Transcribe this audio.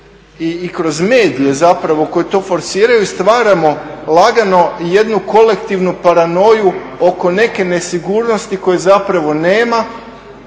i kroz medije zapravo koji to forsiraju stvaramo lagano jednu kolektivnu paranoju oko neke nesigurnosti koje zapravo nema